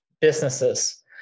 businesses